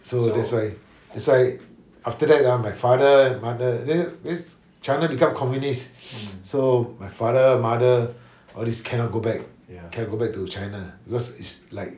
so that's why that's why after that hor my father mother then thi~ china become communist so my father mother all these cannot go back cannot go back to china because it's like